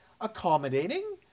accommodating